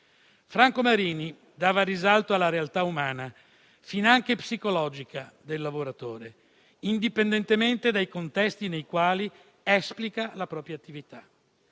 Franco Marini dava risalto alla realtà umana, finanche psicologica, del lavoratore, indipendentemente dai contesti nei quali esplica la propria attività.